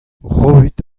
roit